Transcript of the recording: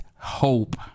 Hope